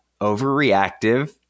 overreactive